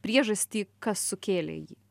priežastį kas sukėlė jį